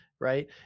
right